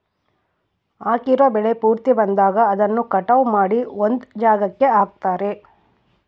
ಹಾಕಿರೋ ಬೆಳೆ ಪೂರ್ತಿ ಬಂದಾಗ ಅದನ್ನ ಕಟಾವು ಮಾಡಿ ಒಂದ್ ಜಾಗಕ್ಕೆ ಹಾಕ್ತಾರೆ